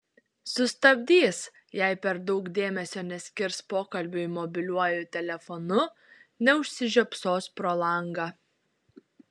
sustabdys jei per daug dėmesio neskirs pokalbiui mobiliuoju telefonu neužsižiopsos pro langą